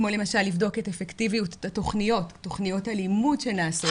כמו למשל לבדוק את אפקטיביות תכניות הלימוד שנעשות